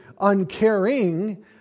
uncaring